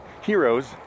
heroes